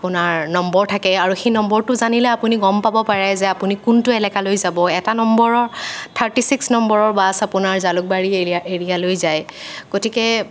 আপোনাৰ নম্বৰ থাকে আৰু সেই নম্বৰটো জানিলে আপুনি গম পাব পাৰে যে আপুনি কোনটো এলেকালৈ যাব এটা নম্বৰৰ থাৰ্টি ছিক্স নম্বৰৰ বাছ আপোনাৰ জালুকবাৰী এৰিয়া এৰিয়ালৈ যায় গতিকে